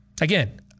Again